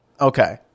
Okay